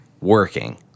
Working